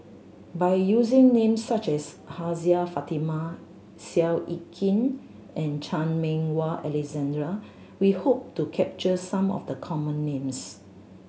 by using names such as Hajjah Fatimah Seow Yit Kin and Chan Meng Wah Alexander we hope to capture some of the common names